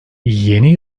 yeni